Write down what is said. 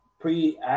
pre